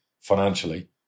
financially